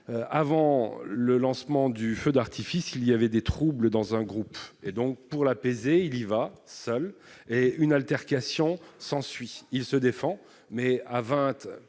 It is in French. avant le lancement du feu d'artifice, il y avait des troubles dans un groupe et donc pour l'apaiser, il y va seul et une altercation s'ensuit, il se défend, mais à 20